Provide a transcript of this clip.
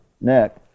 neck